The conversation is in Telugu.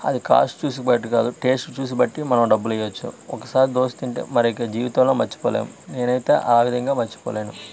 అది కాస్టు చూసి బట్టి కాదు టేస్ట్ చూసి బట్టి మనం డబ్బులు ఇవ్వచ్చు ఒకసారి దోశ తింటే మరీ ఇక జీవితంలో మర్చిపోలేము నేను అయితే ఆ విధంగా మర్చిపోలేను